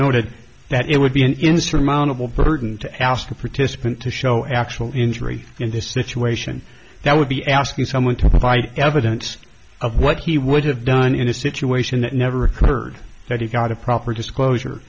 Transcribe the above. noted that it would be an insurmountable burden to ask the participant to show actual injury in this situation that would be asking someone to provide evidence of what he would have done in a situation that never occurred that he got a proper disclosure